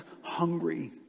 hungry